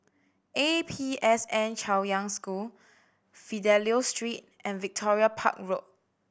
A P S N Chaoyang School Fidelio Street and Victoria Park Road